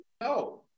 No